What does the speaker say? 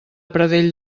pradell